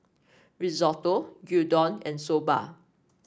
Risotto Gyudon and Soba